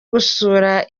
gusura